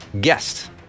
guest